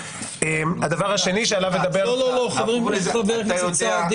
הדבר השני שעליו אדבר --- חבר הכנסת סעדי